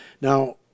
Now